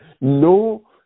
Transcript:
No